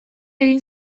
egin